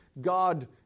God